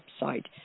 website